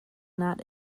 not